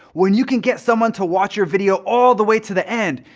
when you can get someone to watch your video all the way to the end,